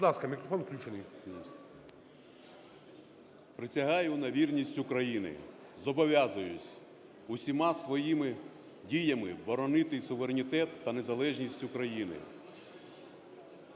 Присягаю на вірність Україні. Зобов'язуюсь усіма своїми діями боронити суверенітет та незалежність України,